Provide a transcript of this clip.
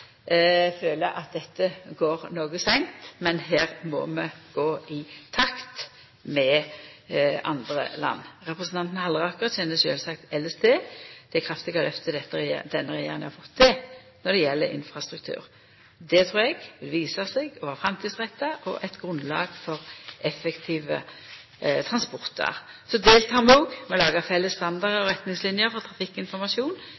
føler at dette går noko seint, men her må vi gå i takt med andre land. Representanten Halleraker kjenner sjølvsagt elles til det kraftige lyftet denne regjeringa har fått til når det gjeld infrastruktur. Det trur eg vil visa seg å vera framtidsretta og eit grunnlag for effektive transportar. Vi deltek òg med å laga felles